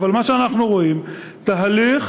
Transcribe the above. אבל מה שאנחנו רואים, יש תהליך